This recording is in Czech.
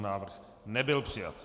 Návrh nebyl přijat.